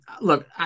look